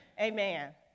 Amen